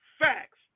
facts